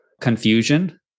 confusion